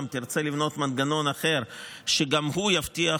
תרצה לבנות מנגנון אחר שגם הוא יבטיח,